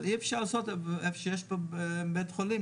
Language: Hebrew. אבל אי אפשר לעשות את זה איפה שיש בית חולים,